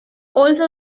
also